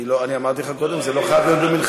אני אמרתי לך קודם שזה לא חייב להיות במלחמה.